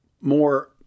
more